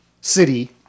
city